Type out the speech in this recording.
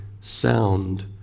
sound